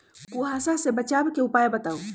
कुहासा से बचाव के उपाय बताऊ?